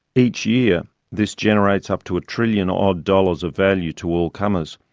each year this generates up to a trillion odd dollars of value to all comers,